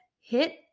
Hit